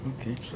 Okay